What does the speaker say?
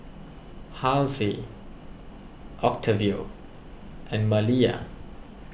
Halsey Octavio and Malia